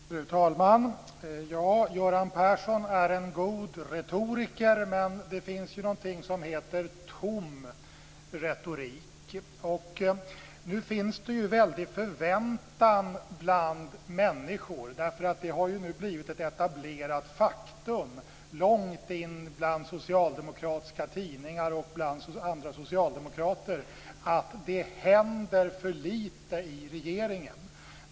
Fru talman! Göran Persson är en god retoriker, men det finns ju någonting som heter tom retorik. Det finns en väldig förväntan bland människor, därför att det har blivit ett etablerat faktum långt in bland socialdemokratiska tidningar och bland andra socialdemokrater att det händer för lite i regeringen.